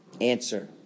Answer